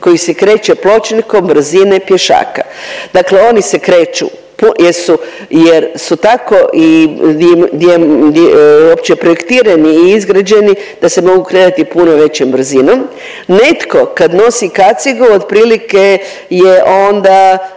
koji je kreće pločnikom brzine pješaka. Dakle oni se kreću jer su, jer su tako i uopće projektirani i izgrađeni da se mogu kretati puno većom brzinom. Netko kad nosi kacigu otprilike je onda